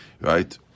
Right